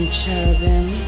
cherubim